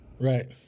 Right